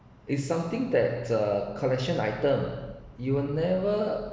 is something that uh collection item you will never